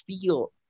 feel